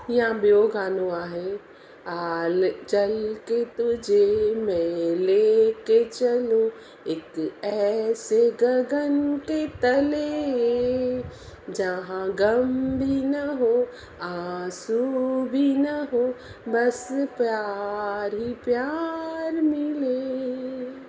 या ॿियो गानो आहे